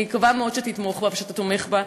אני מקווה מאוד שתתמוך בה ושאתה תומך בה.